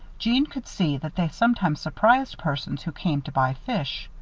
jeanne could see that they sometimes surprised persons who came to buy fish.